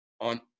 on